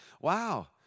wow